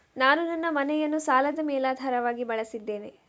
ನಾನು ನನ್ನ ಮನೆಯನ್ನು ಸಾಲದ ಮೇಲಾಧಾರವಾಗಿ ಬಳಸಿದ್ದೇನೆ